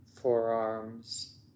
forearms